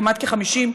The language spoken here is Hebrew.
כמעט 50,